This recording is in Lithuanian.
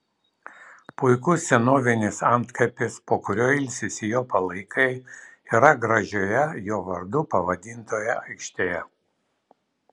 puikus senovinis antkapis po kuriuo ilsisi jo palaikai yra gražioje jo vardu pavadintoje aikštėje